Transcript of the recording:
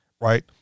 Right